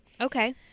Okay